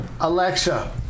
Alexa